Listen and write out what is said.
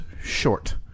short